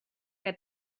que